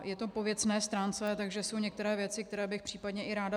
Je to po věcné stránce, takže jsou některé věci, které bych případně i ráda vysvětlila.